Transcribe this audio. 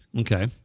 Okay